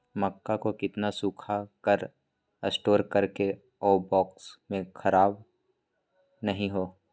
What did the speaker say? मक्का को कितना सूखा कर स्टोर करें की ओ बॉक्स में ख़राब नहीं हो?